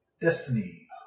destiny